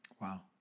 Wow